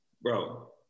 Bro